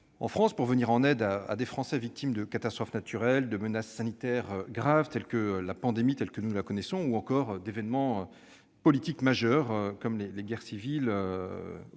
en France pour venir en aide aux Français victimes de catastrophes naturelles, de menaces sanitaires graves, telle la pandémie que nous connaissons, ou encore d'événements politiques majeurs, comme les guerres civiles